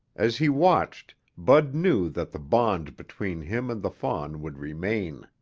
as he watched, bud knew that the bond between him and the fawn would remain.